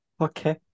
Okay